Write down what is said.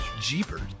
jeepers